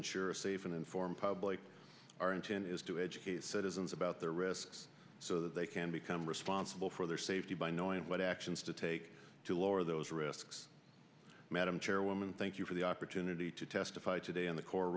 ensure a safe and informed public our intent is to edge citizens about their risks so that they can become responsible for their safety by knowing what actions to take to lower those risks madam chairwoman thank you for the opportunity to testify today on the core